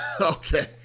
Okay